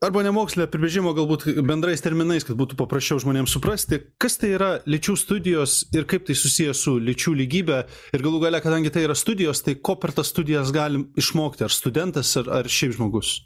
arba ne mokslinio apibrėžimo galbūt bendrais terminais kad būtų paprasčiau žmonėms suprasti kas tai yra lyčių studijos ir kaip tai susiję su lyčių lygybe ir galų gale kadangi tai yra studijos tai ko per tas studijas galim išmokti ar studentas ar ar šiaip žmogus